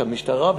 שהמשטרה,